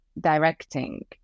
directing